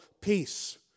peace